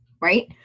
right